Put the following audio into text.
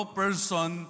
person